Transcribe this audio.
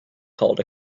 called